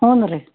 ಹ್ಞೂ ರೀ